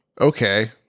Okay